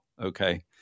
okay